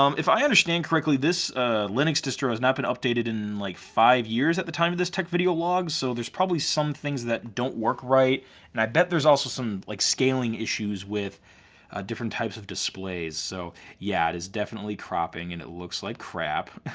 um if i understand correctly, this linux distro has not been updated in like five years at the time of this tech video log. so there's probably some things that don't work right and i bet there's also some like scaling issues with different types of displays. so yeah there's definitely cropping and it looks like crap